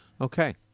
Okay